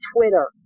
Twitter